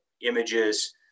images